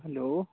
hello